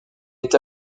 est